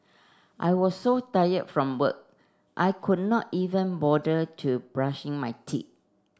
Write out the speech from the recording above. I was so tired from work I could not even bother to brushing my teeth